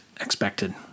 expected